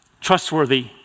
trustworthy